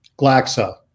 Glaxo